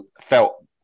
felt